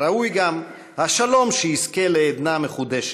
ראוי גם השלום שיזכה לעדנה מחודשת,